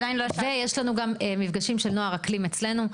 ויש לנו גם מפגשים של נוער אקלים אצלנו.